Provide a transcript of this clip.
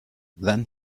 then